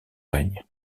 règne